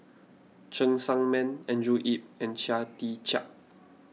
Cheng Tsang Man Andrew Yip and Chia Tee Chiak